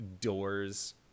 doors